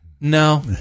no